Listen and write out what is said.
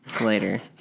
later